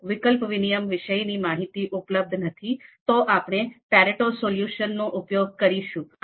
જો વિકલ્પ વિનિમય વિશેની માહિતી ઉપલબ્ધ નથી તો આપણે પેરેટો સોલ્યુશન નો ઉપયોગ કરીશું